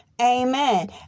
Amen